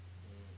hmm